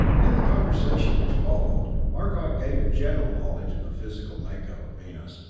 in the conversation which followed, arcot gained a general knowledge of the physical makeup of venus.